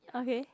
okay